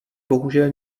bohužel